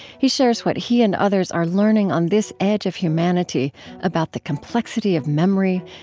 he shares what he and others are learning on this edge of humanity about the complexity of memory,